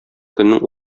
көннең